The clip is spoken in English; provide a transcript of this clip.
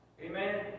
Amen